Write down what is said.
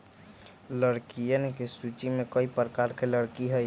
लकड़ियन के सूची में कई प्रकार के लकड़ी हई